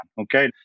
Okay